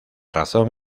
razón